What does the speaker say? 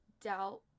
doubt